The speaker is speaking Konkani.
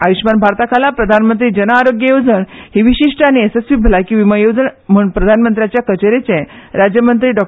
आयुषमान भारताखाला प्रधानमंत्री जन आरोग्य येवजण ही विशिश्ट आनी येसस्वी भलायकी विमो येवजण अशी म्हण प्रधानमंत्रयाच्या कचेरेचे राज्यमंत्री डॉ